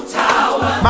tower